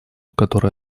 который